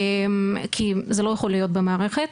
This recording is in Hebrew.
כי זה לא יכול להיות במערכת.